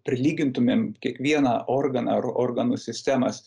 prilygintumėm kiekvieną organą ar organų sistemas